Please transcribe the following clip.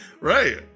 Right